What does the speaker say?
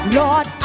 lord